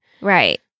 right